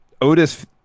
Otis